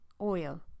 oil